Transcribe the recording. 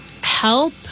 help